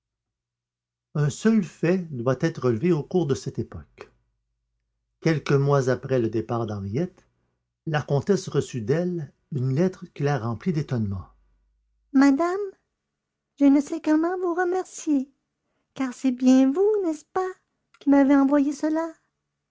un seul fait doit être relevé au cours de cette époque quelques mois après le départ d'henriette la comtesse reçut d'elle une lettre qui la remplit d'étonnement madame je ne sais comment vous remercier car c'est bien vous n'est-ce pas qui m'avez envoyé cela